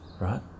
right